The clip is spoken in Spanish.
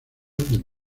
del